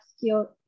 skill